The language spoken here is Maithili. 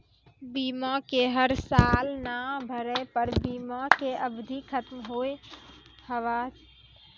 बीमा के हर साल पैसा ना भरे पर बीमा के अवधि खत्म हो हाव हाय?